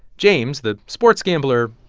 james, the sports gambler,